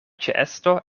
ĉeesto